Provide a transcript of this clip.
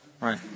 right